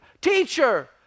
Teacher